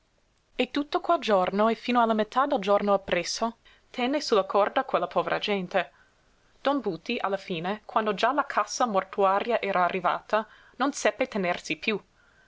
e tutto quel giorno e fino alla metà del giorno appresso tenne sulla corda quella povera gente don buti alla fine quando già la cassa mortuaria era arrivata non seppe tenersi piú